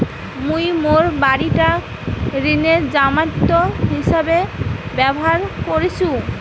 মুই মোর বাড়িটাক ঋণের জামানত হিছাবে ব্যবহার করিসু